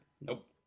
Nope